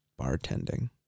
bartending